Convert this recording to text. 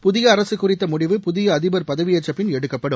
புதிய அரசு குறித்த முடிவு புதிய அதிபர் பதவியேற்றப்பின் எடுக்கப்படும்